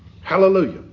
Hallelujah